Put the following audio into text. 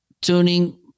tuning